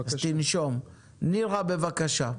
נירה, בבקשה.